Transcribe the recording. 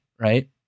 right